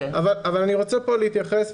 אבל אני רוצה להתייחס,